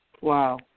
Wow